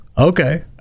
Okay